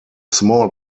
small